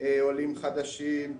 עולים חדשים,